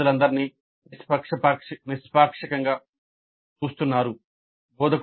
విద్యార్థులందరి నీ నిష్పాక్షికంగా చూస్తున్నారు